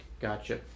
Gotcha